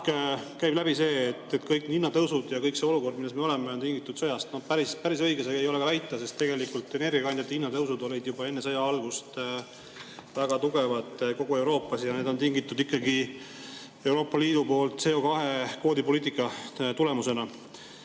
aeg käib läbi see, et kõik hinnatõusud ja kogu see olukord, milles me oleme, on tingitud sõjast. Päris õige ei ole nii aga väita, sest tegelikult energiakandjate hinna tõusud olid juba enne sõja algust väga tugevad kogu Euroopas ja need on tingitud ikkagi Euroopa Liidu CO2-kvoodi poliitikast. Aga